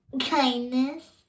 Kindness